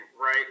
right